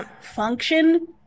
function